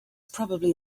probably